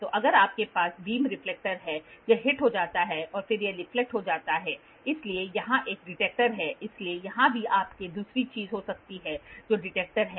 तो अगर आपके पास बीम स्प्लिटर है यह हिट हो जाता है और फिर यह रिफ्लेक्ट हो जाता है इसलिए यहां एक डिटेक्टर है इसलिए यहां भी आपके पास दूसरी चीज हो सकती है जो डिटेक्टर है